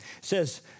says